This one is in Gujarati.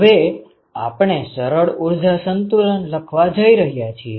હવે આપણે સરળ ઊર્જા સંતુલન લખવા જઈ રહ્યા છીએ